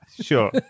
sure